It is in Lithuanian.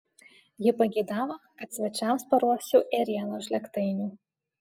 ji pageidavo kad svečiams paruoščiau ėrienos žlėgtainių